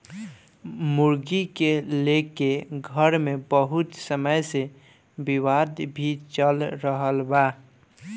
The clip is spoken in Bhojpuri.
मुर्गी के लेके घर मे बहुत समय से विवाद भी चल रहल बा